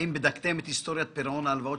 האם בדקתם את היסטוריית פירעון ההלוואות